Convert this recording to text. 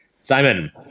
Simon